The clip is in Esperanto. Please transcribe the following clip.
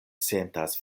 sentas